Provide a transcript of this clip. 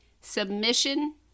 submission